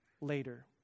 later